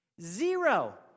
zero